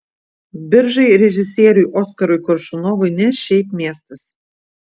biržai režisieriui oskarui koršunovui ne šiaip miestas